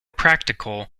practical